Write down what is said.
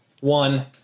one